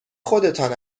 خودتان